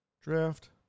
Draft